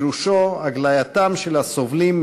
פירושו הגלייתם" של הסובלים,